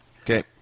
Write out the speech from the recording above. Okay